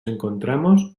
encontramos